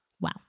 Wow